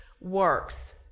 works